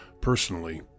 personally